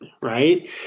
right